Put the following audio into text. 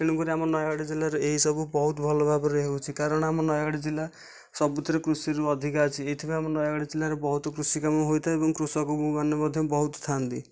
ତେଣୁ କରି ଆମ ନୟାଗଡ଼ ଜିଲ୍ଲାରେ ଏହିସବୁ ବହୁତ ଭଲ ଭାବରେ ହୋଉଛି କାରଣ ଆମ ନୟାଗଡ଼ ଜିଲ୍ଲା ସବୁଥିରେ କୃଷିରୁ ଅଧିକା ଅଛି ଏଥିପାଇଁ ଆମ ନୟାଗଡ଼ ଜିଲ୍ଲାରେ ବହୁତ କୃଷି କାମ ହୋଇଥାଏ ଏବଂ କୃଷକଙ୍କୁ ମାନେ ମଧ୍ୟ ବହୁତ ଥାଆନ୍ତି